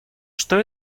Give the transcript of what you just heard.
что